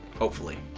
hopefully!